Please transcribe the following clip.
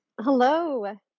Hello